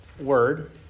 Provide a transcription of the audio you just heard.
word